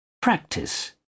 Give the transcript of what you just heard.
Practice